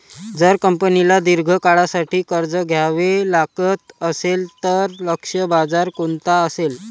जर कंपनीला दीर्घ काळासाठी कर्ज घ्यावे लागत असेल, तर लक्ष्य बाजार कोणता असेल?